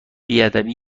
بیادبی